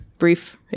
brief